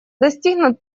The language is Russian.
достигнут